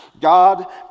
God